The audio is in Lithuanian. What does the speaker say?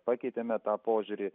pakeitėme tą požiūrį